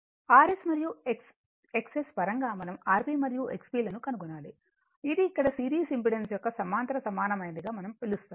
Rs మరియు XS పరంగా మనం Rp మరియు XP లను కనుగొనాలి ఇది ఇక్కడ సిరీస్ ఇంపెడెన్స్ యొక్క సమాంతర సమానమైనదిగా మనం పిలుస్తాము